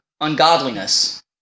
ungodliness